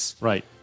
Right